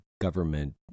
government